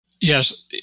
Yes